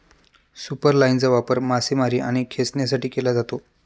सुपरलाइनचा वापर मासेमारी आणि खेचण्यासाठी केला जातो